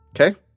Okay